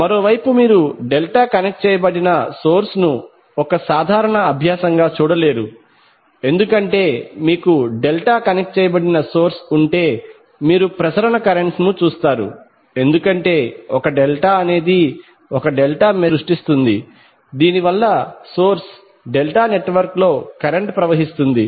మరోవైపు మీరు delta connect చేయబడిన సోర్స్ ను ఒక సాధారణ అభ్యాసంగా చూడలేరు ఎందుకంటే మీకు డెల్టా కనెక్ట్ చేయబడిన సోర్స్ ఉంటే మీరు ప్రసరణ కరెంట్ ను చూస్తారు ఎందుకంటే ఒక డెల్టా అనేది ఒక డెల్టా మెష్ను సృష్టిస్తుంది దీని వలన సోర్స్ డెల్టా నెట్వర్క్లో కరెంట్ ప్రసరిస్తుంది